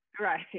Right